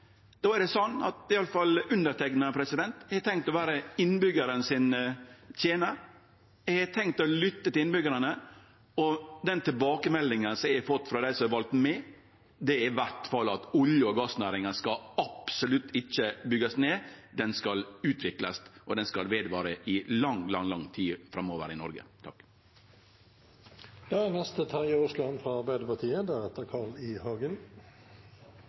i alle fall tenkt å vere innbyggjarane sin tenar. Eg har tenkt å lytte til innbyggjarane. Den tilbakemeldinga som eg har fått frå dei som har valt meg, er i alle fall at olje- og gassnæringa absolutt ikkje skal byggjast ned – den skal utviklast og vare ved i lang, lang tid framover i Noreg. Jeg hadde egentlig ikke tenkt å ta ordet, men i